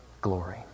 glory